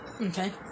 Okay